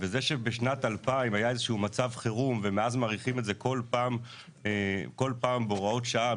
זה שבשנת 2000 היה איזשהו מצב חירום ומאז מאריכים כל פעם בהוראות שעה,